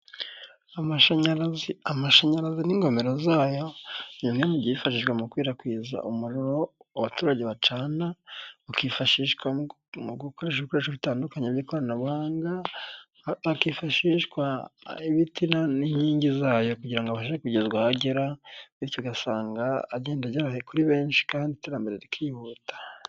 Amashanyarazi amashanyarazi n'ingomero zayo ni bimwe mu byifashijwe mu gukwirakwiza umuriro abaturage bacana, akifashishwa mu gukoresha ibikoresho bitandukanye byikoranabuhanga, hakifashishwa ibiti n'inkingi zayo kugira abashe kugezwa ahagera bityo ugasanga agenda agera kuri benshi kandi iterambere rikihuta.